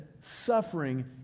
suffering